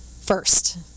first